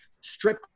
strip